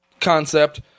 concept